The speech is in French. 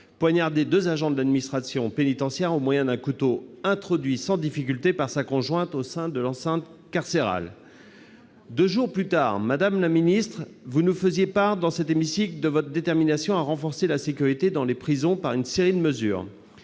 poignardait deux agents de l'administration pénitentiaire, au moyen d'un couteau introduit sans difficulté par sa conjointe au sein de l'enceinte carcérale. Deux jours plus tard, madame la ministre, vous nous faisiez part, dans cet hémicycle, de votre détermination à renforcer la sécurité dans les prisons par une série de mesures